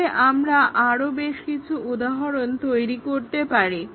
তাহলে আমরা আরও বেশ কিছু উদাহরণ তৈরি করতে পারি